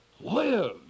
Live